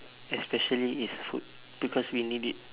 especially is food because we need it